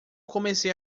comecei